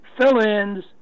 fill-ins